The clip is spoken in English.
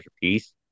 piece